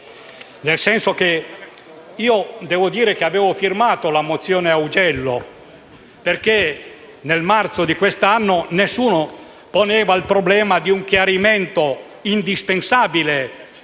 nel senso che devo dire di aver firmato la mozione Augello perché nel marzo di quest'anno nessuno poneva il problema di un chiarimento indispensabile